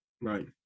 Right